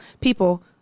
people